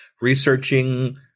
Researching